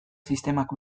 sistemak